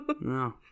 no